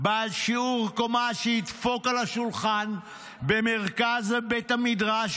בעל שיעור קומה שידפוק על השולחן במרכז בית המדרש